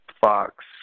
Fox